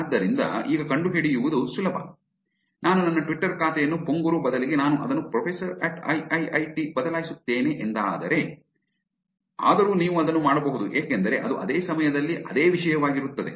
ಆದ್ದರಿಂದ ಈಗ ಕಂಡುಹಿಡಿಯುವುದು ಸುಲಭ ನಾನು ನನ್ನ ಟ್ವಿಟರ್ ಖಾತೆಯನ್ನು ಪೊಂಗುರು ಬದಲಿಗೆ ನಾನು ಅದನ್ನು ಪ್ರೊಫೆಸರ್ ಅಟ್ ಐಐಐಟಿ ಬದಲಾಯಿಸುತ್ತೇನೆ ಎಂದಾದಾದರೆ ಆದರೂ ನೀವು ಅದನ್ನು ಮಾಡಬಹುದು ಏಕೆಂದರೆ ಅದು ಅದೇ ಸಮಯದಲ್ಲಿ ಅದೇ ವಿಷಯವಾಗಿರುತ್ತದೆ